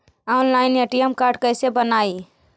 Online ATM card कैसे बनाई?